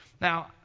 now